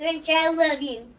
and yeah i love you.